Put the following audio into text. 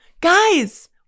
Guys